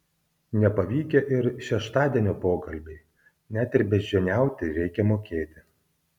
nepavykę ir šeštadienio pokalbiai net ir beždžioniauti reikia mokėti